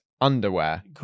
underwear